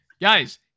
guys